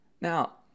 Now